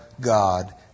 God